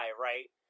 right